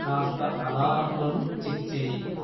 కాస్త అలారంలను చెక్ చేయి